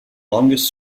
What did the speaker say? longest